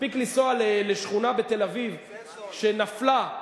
מספיק לנסוע לשכונה בתל-אביב שנפלה,